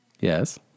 Yes